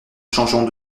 changeant